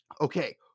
okay